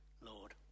Lord